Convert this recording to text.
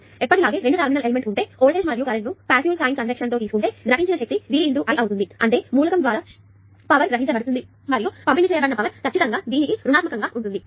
కాబట్టి ఎప్పటిలాగే 2 terminal element ఉంటే వోల్టేజ్ మరియు కరెంట్ను పాసివ్ల సైన్ కన్వెన్షన్తో తీసుకుంటే గ్రహించిన శక్తి V i అవుతుంది అంటే ఈ మూలకం ద్వారా శక్తి గ్రహించబడుతుంది మరియు పంపిణీ చేయబడిన శక్తి ఖచ్చితంగా దీనికి ప్రతికూలంగా ఉంటుంది